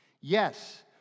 yes